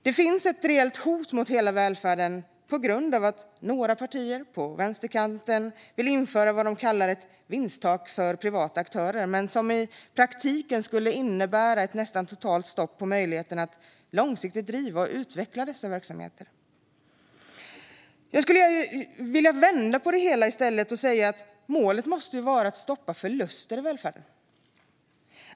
Det finns ett reellt hot mot hela välfärden på grund av att några partier på vänsterkanten vill införa vad de kallar ett vinsttak för privata aktörer, vilket i praktiken skulle innebära ett nästan totalt stopp för möjligheterna att långsiktigt driva och utveckla dessa verksamheter. Jag skulle vilja vända på det hela och i stället säga att målet måste vara att stoppa förluster inom välfärden.